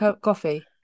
coffee